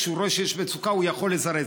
כשהוא רואה שיש מצוקה הוא יכול לזרז.